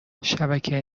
شبکه